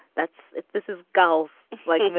that's it. this is girls like you.